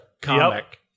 comic